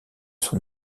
son